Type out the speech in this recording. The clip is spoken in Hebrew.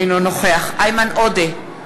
אינו נוכח איימן עודה,